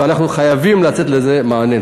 ואנחנו חייבים לתת לזה מענה.